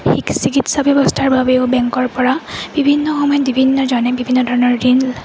চিকিৎসা ব্যৱস্থাৰ বাবেও বেংকৰপৰা বিভিন্ন সময়ত বিভিন্নজনে বিভিন্ন ধৰণৰ ঋণ